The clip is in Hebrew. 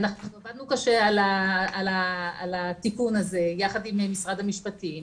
אנחנו עבדנו קשה על התיקון הזה יחד עם משרד המשפטים,